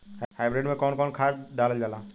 Hybrid में कउन कउन खाद डालल जाला?